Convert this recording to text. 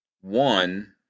One